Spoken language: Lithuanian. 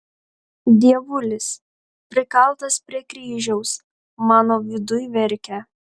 dievulis prikaltas prie kryžiaus mano viduj verkia